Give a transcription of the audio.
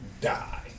die